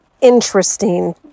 interesting